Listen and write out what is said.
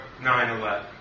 9-11